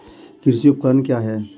कृषि उपकरण क्या है?